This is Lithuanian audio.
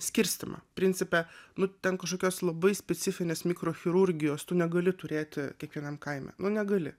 skirstymą principe nu ten kažkokios labai specifinės mikrochirurgijos tu negali turėti kiekvienam kaime negali